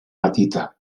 petita